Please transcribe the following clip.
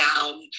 down